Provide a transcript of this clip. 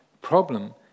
problem